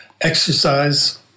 Exercise